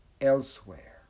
elsewhere